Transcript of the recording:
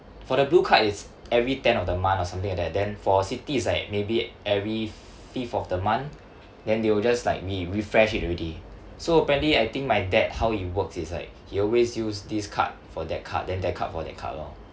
for the blue card is every ten of the month or something like that then for citi is like maybe every fifth of the month then they will just like re~ refresh it already so apparently I think my dad how it works is like he always use this card for that card then that card for that card lor